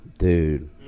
dude